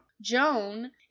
Joan